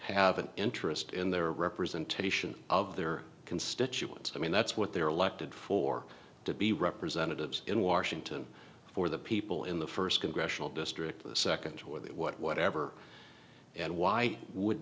have an interest in their representation of their constituents i mean that's what they're elected for to be representatives in washington for the people in the first congressional district the second whatever and why would